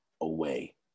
away